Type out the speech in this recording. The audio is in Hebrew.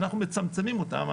אנחנו מצמצמים אותן,